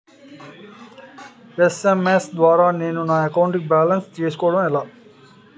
SMS ద్వారా నేను నా అకౌంట్ బాలన్స్ చూసుకోవడం ఎలా?